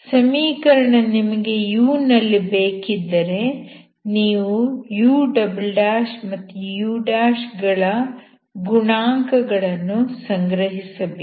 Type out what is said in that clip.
ಸಮೀಕರಣ ನಿಮಗೆ u ನಲ್ಲಿ ಬೇಕಿದ್ದರೆ ನೀವು u ಮತ್ತು u ಗಳ ಗುಣಾಂಕಗಳನ್ನು ಸಂಗ್ರಹಿಸಬೇಕು